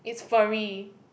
it's furry